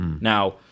Now